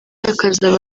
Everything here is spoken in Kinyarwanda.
hakazaba